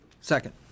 second